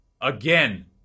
again